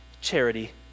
charity